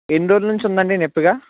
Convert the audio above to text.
ఎన్ని రోజుల నుంచి ఉంది అండి నొప్పిగా